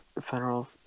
federal